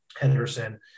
Henderson